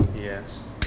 Yes